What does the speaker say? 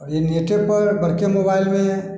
आओर ई नेटेपर बड़के मोबाइलमे